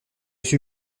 suis